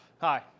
Hi